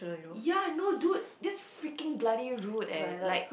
ya I know dude that's freaking bloody rude eh like